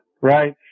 right